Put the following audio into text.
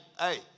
hey